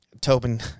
Tobin